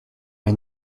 une